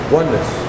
oneness